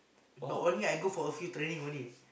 but only I go for a few training only